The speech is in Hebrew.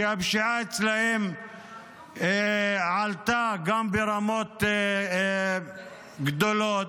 שהפשיעה גם אצלם עלתה ברמות גדולות.